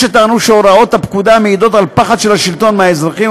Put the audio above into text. יש שטענו שהוראות הפקודה מעידות על פחד של השלטון מהאזרחים,